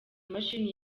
imashini